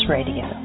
Radio